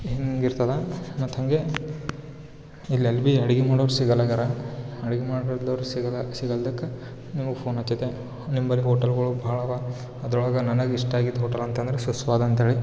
ಹಿಂಗ ಇರ್ತದ ಮತ್ತು ಹಂಗೆ ಇಲ್ಲಿ ಎಲ್ಲಿ ಬಿ ಅಡುಗೆ ಮಾಡೋರು ಸಿಗಲ್ಲಗರ ಅಡುಗೆ ಮಾಡೋರು ಸಿಗಲ್ಲ ಸಿಗಲ್ದಕ ನಿಮಗ್ ಫೋನ್ ಹಚ್ಚತೆ ನಿಮ್ಮ ಬಳಿ ಹೋಟೆಲ್ಗಳು ಭಾಳ ಅವ ಅದರೊಳಗ ನನಗೆ ಇಷ್ಟಾಗಿದ್ದು ಹೋಟಲ್ ಅಂತಂದರೆ ಸುಸ್ವಾದ ಅಂತೇಳಿ